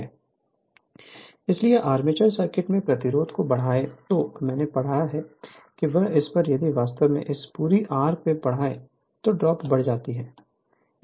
Refer Slide Time 0601 इसलिए armature circuit में प्रतिरोध को बढ़ाएं जो मैंने पढ़ा है वह इस पर है यदि वास्तव में इस पूंजी R को बढ़ाएं तो ड्रॉप बढ़ जाती है